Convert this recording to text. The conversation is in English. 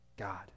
God